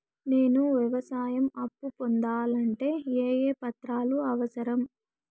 నేను వ్యవసాయం అప్పు పొందాలంటే ఏ ఏ పత్రాలు అవసరం?